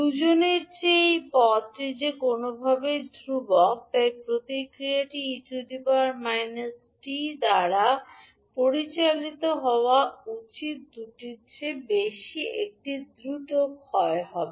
দুজনের চেয়ে এই পদটি যে কোনওভাবেই ধ্রুবক তাই প্রতিক্রিয়াটি 𝑒 −t by দ্বারা পরিচালিত হওয়া উচিত দুটির চেয়ে বেশি এটি দ্রুত ক্ষয় হবে